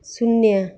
शून्य